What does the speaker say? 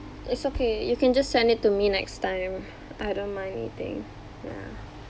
it's okay you can just send it to me next time I don't mind eating ya